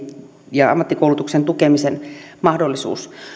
ja ammattikoulutuksen tukemisen mahdollisuus